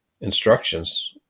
instructions